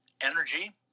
energy